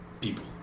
people